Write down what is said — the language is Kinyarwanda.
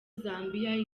zambia